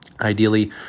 ideally